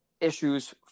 issues